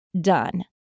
done